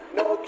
no